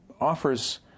offers